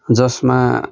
जसमा